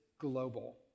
global